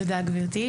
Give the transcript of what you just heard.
תודה גברתי.